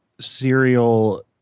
serial